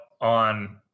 on